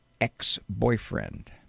ex-boyfriend